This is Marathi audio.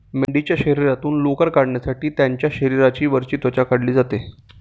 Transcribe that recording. मेंढीच्या शरीरातून लोकर काढण्यासाठी त्यांची शरीराची वरची त्वचा काढली जाते